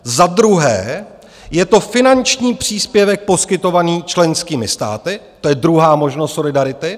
Za druhé, je to finanční příspěvek poskytovaný členskými státy, to je druhá možnost solidarity.